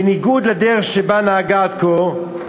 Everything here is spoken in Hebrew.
בניגוד לדרך שבה נהגה עד כה,